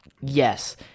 Yes